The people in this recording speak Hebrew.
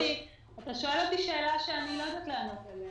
אתה שואל אותי שאלה שאני לא יודעת לענות עליה.